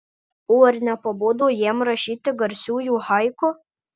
o ar nepabodo jam rašyti garsiųjų haiku